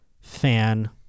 fan